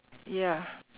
ya